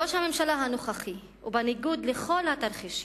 ראש הממשלה הנוכחי, ובניגוד לכל התרחישים,